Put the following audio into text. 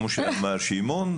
כמו שאמר שמעון.